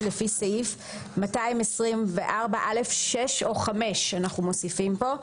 לפי סעיף 224(א)(6)."; או (5) אנחנו מוסיפים פה.